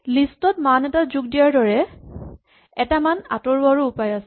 list ত মান এটা যোগ দিয়াৰ দৰেই এটা মান আতঁৰোৱাৰো উপায় আছে